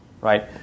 right